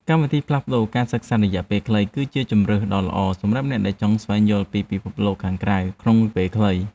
កម្មវិធីផ្លាស់ប្តូរការសិក្សារយៈពេលខ្លីគឺជាជម្រើសដ៏ល្អសម្រាប់អ្នកដែលចង់ស្វែងយល់ពីពិភពខាងក្រៅក្នុងពេលខ្លី។